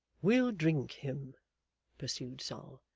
we'll drink him pursued sol.